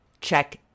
check